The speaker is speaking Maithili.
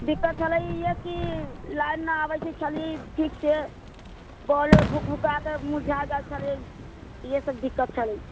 दिक्कत छलै ईहे की लाइन न आबै छलै ठीक से बॉल भुकभुका कऽ मुझा जाइ छलै ईहे सब दिक्कत छलै